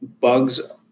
bugs